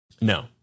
no